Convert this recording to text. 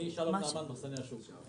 אני שלום נעמן, מחסני השוק.